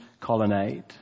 colonnade